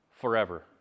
forever